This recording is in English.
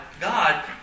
God